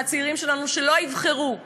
מהצעירים שלנו, שלא יבחרו את